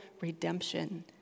redemption